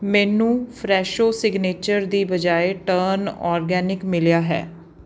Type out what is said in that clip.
ਮੈਨੂੰ Fresho signature ਦੀ ਬਜਾਏ ਟਰਨ ਆਰਗੈਨਿਕ ਮਿਲਿਆ ਹੈ